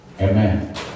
Amen